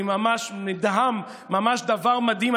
אני ממש נדהם, ממש דבר מדהים.